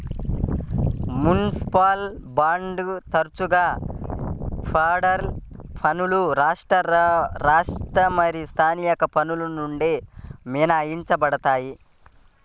municipal బాండ్లు తరచుగా federal పన్నులు రాష్ట్ర మరియు స్థానిక పన్నుల నుండి మినహాయించబడతాయి